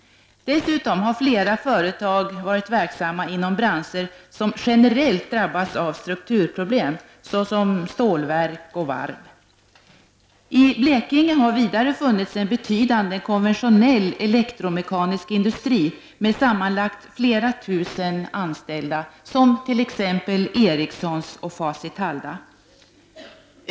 Dessutom har flera företag varit verksamma inom branscher som generellt drabbats av strukturproblem, såsom stålverk och varv. I Blekinge har vidare funnits en betydande konventionell elektromekanisk industri med sammanlagt flera tusen anställda, som t.ex. Ericssons och Facit-Halda.